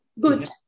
Good